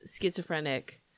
schizophrenic